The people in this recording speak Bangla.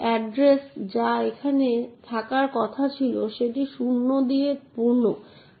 উদাহরণস্বরূপ এখানে আমাদের তিনটি বিষয় রয়েছে অ্যান এবং কার্ল অন্যদিকে কলামগুলি বস্তুর প্রতিনিধিত্ববব করে